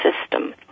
system